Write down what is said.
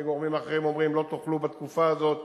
וגורמים אחרים אומרים: לא תוכלו בתקופה הזאת,